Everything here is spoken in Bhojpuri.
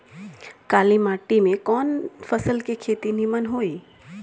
काली माटी में कवन फसल के खेती नीमन होई?